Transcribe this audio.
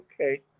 okay